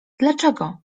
dlaczego